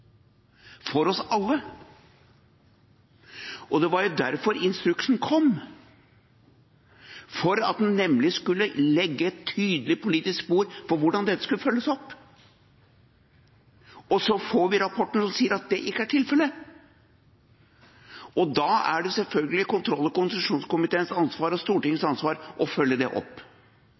for oss alle. Det var jo derfor instruksen kom, for at en nemlig skulle legge et tydelig politisk spor på hvordan dette skulle følges opp. Og så får vi rapporten som sier at det ikke er tilfellet. Da er det selvfølgelig kontroll- og konstitusjonskomiteens ansvar og Stortingets ansvar å følge det opp.